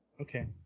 Okay